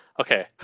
Okay